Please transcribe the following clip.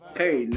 hey